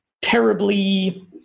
terribly